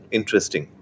Interesting